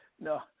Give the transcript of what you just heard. No